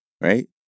Right